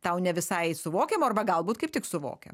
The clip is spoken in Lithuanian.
tau ne visai suvokiama arba galbūt kaip tik suvokia